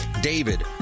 David